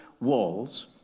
walls